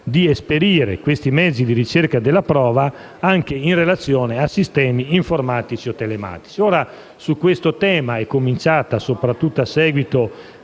Grazie,